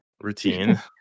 Routine